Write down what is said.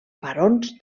barons